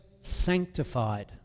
sanctified